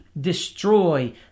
destroy